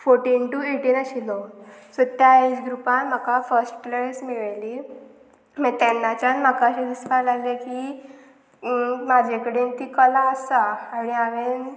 fourteen to eighteen आशिल्लो so त्या age ग्रुपान म्हाका फस्ट प्रायज मेळली मागीर तेन्नाच्यान म्हाका अशें दिसपाक लागलें की म्हाजे कडेन ती कला आसा आनी हांवेन